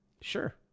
Sure